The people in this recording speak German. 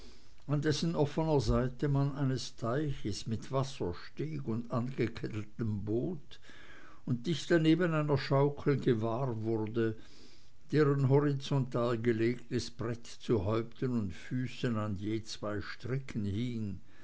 an dessen offener seite man eines teiches mit wassersteg und angekettetem boot und dicht daneben einer schaukel gewahr wurde deren horizontal gelegtes brett zu häupten und füßen an je zwei stricken hing